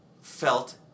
felt